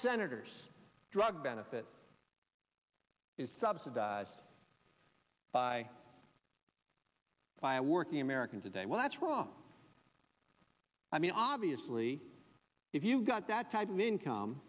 senator's drug benefit is subsidized by by working americans a day well that's wrong i mean obviously if you've got that type of income